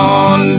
on